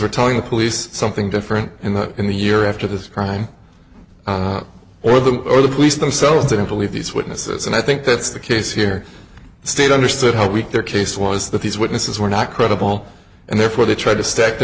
are telling the police something different and that in the year after this crime or the or the police themselves didn't believe these witnesses and i think that's the case here the state understood how weak their case was that these witnesses were not credible and therefore they tried to stack t